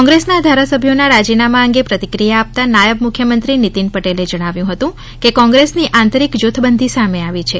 કોંગ્રેસના ધારાસભ્યોના રાજીનામાં અંગે પ્રતિક્રિયા આપતા નાયબ મુખ્યમંત્રી નીતિન પટેલે જણાવ્યું હતું કે કોંગ્રેસની આંતરિક જુથબંધી સામે આવી છે